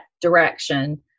direction